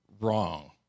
wrong